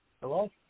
Hello